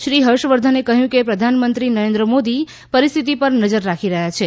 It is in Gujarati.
શ્રી હર્ષવર્ધને કહ્યું કે પ્રધાનમંત્રી નરેન્દ્ર મોદી પરિસ્થિતિ પર નજર રાખી રહ્યા છે